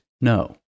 no